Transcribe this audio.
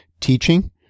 Teaching